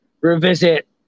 revisit